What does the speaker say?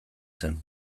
zen